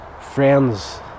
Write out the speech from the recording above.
friends